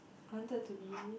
I wanted to be